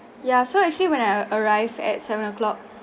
ya so actually when I arrived at seven o'clock